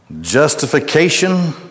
Justification